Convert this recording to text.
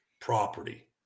property